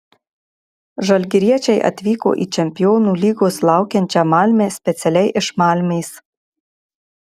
žalgiriečiai atvyko į čempionų lygos laukiančią malmę specialiai iš malmės